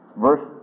verse